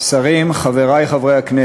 של חבר הכנסת עמר בר-לב וקבוצת חברי הכנסת.